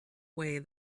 way